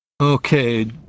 Okay